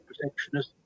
protectionist